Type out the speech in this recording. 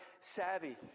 savvy